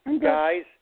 guys